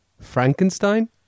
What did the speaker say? Frankenstein